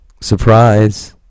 surprise